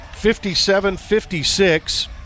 57-56